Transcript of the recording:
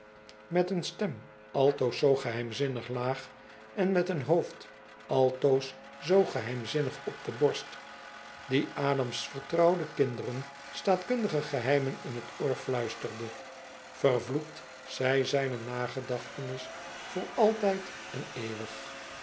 met een stem altoos zoo geheimzinnig laag en met een hoofd altoos zoo geheimzinnig op de borst die adam's vertrouwende kinderen staatkundige geheimen in t oor fluisterde vervloekt zij zijne nagedachtenis voor altijd en eeuwig